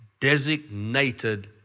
designated